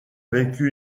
vécu